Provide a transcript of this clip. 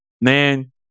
Man